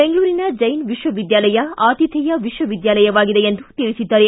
ಬೆಂಗಳೂರಿನ ಜೈನ್ ವಿಶ್ವವಿದ್ಯಾಲಯ ಆತಿಥೇಯ ವಿಶ್ವವಿದ್ಯಾಲಯವಾಗಿದೆ ಎಂದು ತಿಳಿಸಿದ್ದಾರೆ